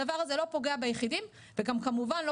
הדבר הזה לא פוגע ביחידים וגם כמובן לא